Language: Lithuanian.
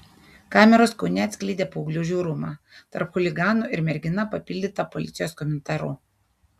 kameros kaune atskleidė paauglių žiaurumą tarp chuliganų ir mergina papildyta policijos komentaru